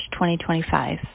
2025